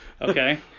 Okay